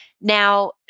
Now